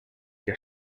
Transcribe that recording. que